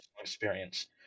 experience